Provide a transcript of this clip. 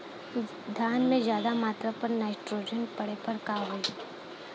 धान में ज्यादा मात्रा पर नाइट्रोजन पड़े पर का होई?